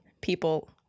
people